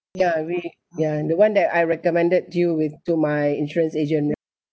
ya really ya and the one that I recommended to you with to my insurance agent